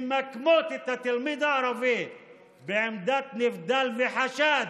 הממקמות את התלמיד הערבי בעמדת נבדל וחשוד